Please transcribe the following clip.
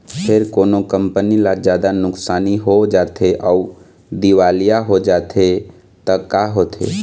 फेर कोनो कंपनी ल जादा नुकसानी हो जाथे अउ दिवालिया हो जाथे त का होथे?